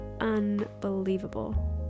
unbelievable